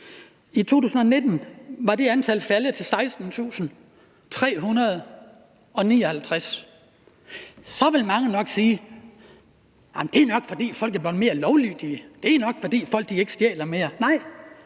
i 2019 var faldet til 16.359. Så vil mange nok sige, det nok er, fordi folk er blevet mere lovlydige, at det nok er, fordi folk ikke stjæler mere. Nej,